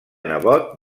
nebot